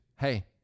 Hey